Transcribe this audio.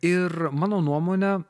ir mano nuomone